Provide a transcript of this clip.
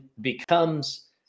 becomes